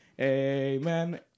Amen